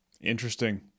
interesting